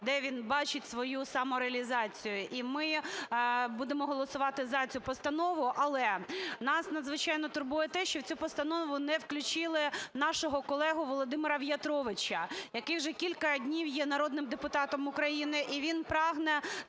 де він бачить свою самореалізацію, і ми будемо голосувати за цю постанову. Але нас надзвичайно турбує те, що в цю постанову не включили нашого колегу Володимира В'ятровича, який вже кілька днів є народним депутатом України, і він прагне